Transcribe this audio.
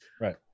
Right